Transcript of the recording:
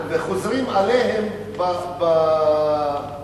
וחוזרים עליהם בעתיד.